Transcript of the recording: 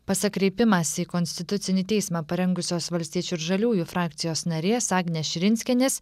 pasak kreipimąsi į konstitucinį teismą parengusios valstiečių ir žaliųjų frakcijos narės agnės širinskienės